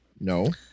No